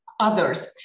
Others